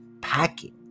packing